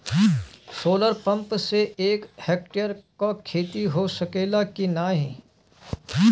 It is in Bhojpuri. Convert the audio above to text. सोलर पंप से एक हेक्टेयर क खेती हो सकेला की नाहीं?